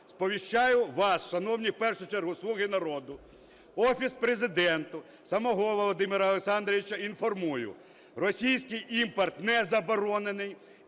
Сповіщаю вас, шановні, в першу чергу "Слуги народу", Офіс Президента, самого Володимира Олександровича інформую: російський імпорт не заборонений,